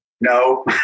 No